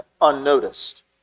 unnoticed